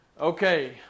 Okay